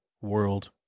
world